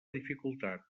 dificultat